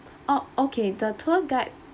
oh okay the tour guide